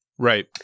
Right